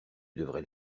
devrais